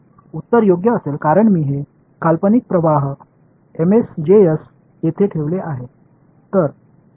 उत्तर होय असेल कारण मी हे काल्पनिक प्रवाह येथे ठेवले आहे